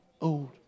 old